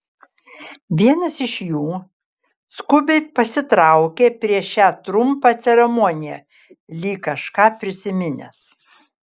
vienas iš jų skubiai pasitraukė prieš šią trumpą ceremoniją lyg kažką prisiminęs